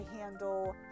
handle